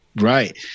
Right